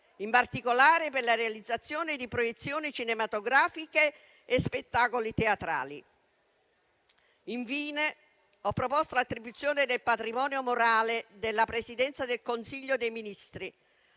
in particolare per la realizzazione di proiezioni cinematografiche e spettacoli teatrali. Infine, ho proposto l'attribuzione del patrocinio morale della Presidenza del Consiglio dei ministri